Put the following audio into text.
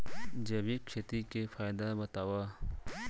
जैविक खेती के फायदा बतावा?